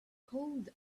cold